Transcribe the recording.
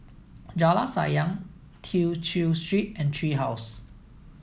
Jalan Sayang Tew Chew Street and Tree House